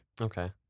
Okay